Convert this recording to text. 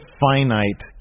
finite